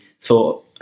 thought